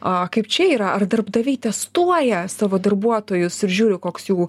a kaip čia yra ar darbdaviai testuoja savo darbuotojus ir žiūri koks jų